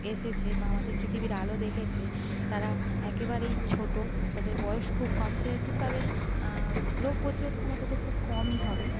এসেছে বা আমাদের পৃথিবীর আলো দেখেছে তারা একেবারেই ছোট তাদের বয়স খুব কম সেহেতু তাদের রোগ প্রতিরোধ ক্ষমতা তো খুব কমই হবে